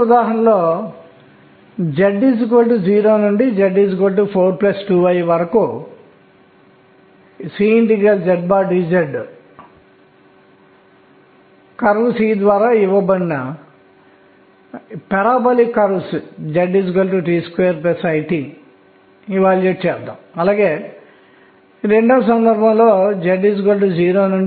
లేదా n 3 l 0 నింపబడుతుంది l 1 నింపబడుతుంది మరియు ఇప్పుడు n 4 తో పోటీ ఉంది l 0 ఎందుకంటే రెండింటికీ n l 4